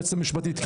היועצת המשפטית,